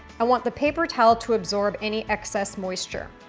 i want the paper towel to absorb any excess moisture.